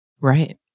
Right